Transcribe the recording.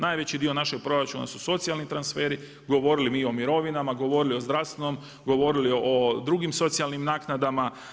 Najveći dio našeg proračuna su socijalni transferi, govorili mi o mirovinama, govorili o zdravstvenom, govorili o drugim socijalnim naknadama.